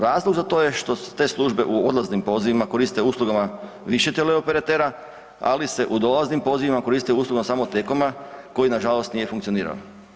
Razlog za to je što su te službe u odlaznim pozivima koriste uslugama više teleoperatera, ali se u dolaznim pozivima koriste uslugama samo T-Coma koji nažalost nije funkcionirao.